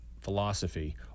philosophy